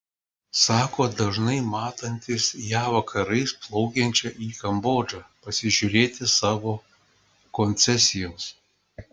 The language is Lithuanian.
sako dažnai matantis ją vakarais plaukiančią į kambodžą pasižiūrėti savo koncesijos